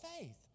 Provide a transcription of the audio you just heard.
faith